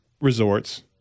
resorts